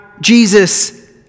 Jesus